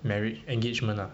marriage engagement ah